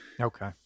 Okay